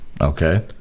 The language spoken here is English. Okay